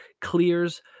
clears